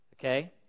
Okay